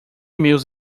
meus